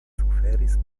suferis